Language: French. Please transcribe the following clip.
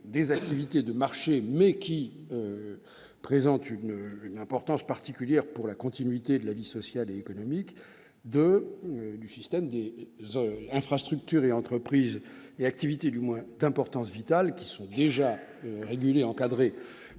les activités de marché présentant une importance particulière pour la continuité de la vie sociale et économique, et le système des infrastructures, entreprises et activités d'importance vitale, qui sont déjà régulés et encadrés